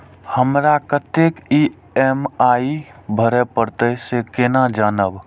हमरा कतेक ई.एम.आई भरें परतें से केना जानब?